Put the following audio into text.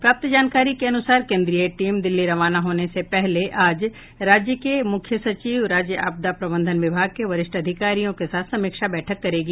प्राप्त जानकारी के अनुसार केन्द्रीय टीम दिल्ली रवाना होने से पहले आज राज्य के मुख्य सचिव राज्य आपदा प्रबंधन विभाग के वरिष्ठ अधिकारियों के साथ समीक्षा बैठक करेगी